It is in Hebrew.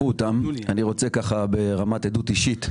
לא ראינו אותם באשנבי הדואר,